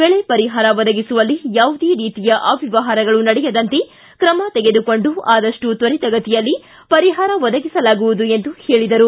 ಬೆಳೆ ಪರಿಹಾರ ಒದಗಿಸುವಲ್ಲಿ ಯಾವುದೇ ರೀತಿಯ ಅವ್ಯವಹಾರಗಳು ನಡೆಯದಂತೆ ತ್ರಮ ತೆಗೆದುಕೊಂಡು ಅದಷ್ಟು ತ್ವರಿತಗತಿಯಲ್ಲಿ ಪರಿಹಾರ ಒದಗಿಸಲಾಗುವುದು ಎಂದು ಹೇಳಿದರು